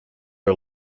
are